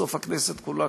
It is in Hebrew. בסוף הכנסת כולה,